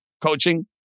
Coaching